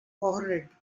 ohrid